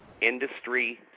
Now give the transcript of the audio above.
industry